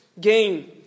gain